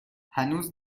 هنوز